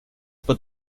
pot